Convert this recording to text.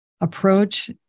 approach